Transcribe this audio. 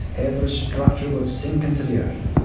every structure would sink into the earth,